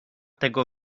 tego